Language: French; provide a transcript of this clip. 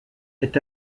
est